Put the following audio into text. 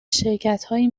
شرکتهایی